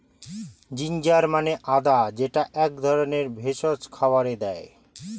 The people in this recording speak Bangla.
জিঞ্জার মানে আদা যেইটা এক ধরনের ভেষজ খাবারে দেয়